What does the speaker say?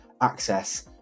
access